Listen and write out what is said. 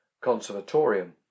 Conservatorium